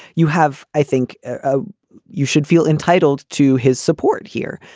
you have i think ah you should feel entitled to his support here.